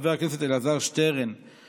חבר הכנסת רם בן ברק,